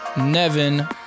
Nevin